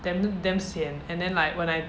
damn damn sian and then like when I